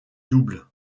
doubles